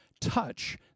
touch